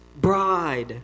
bride